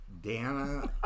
Dana